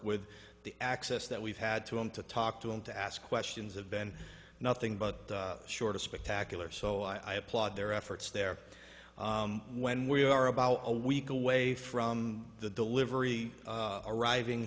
with the access that we've had to him to talk to him to ask questions have been nothing but short of spectacular so i applaud their efforts there when we are about a week away from the delivery arriving